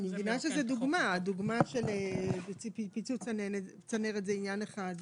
אני מבינה שדוגמת פיצוץ צנרת זה עניין אחד,